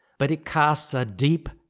but it casts a deep,